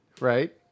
right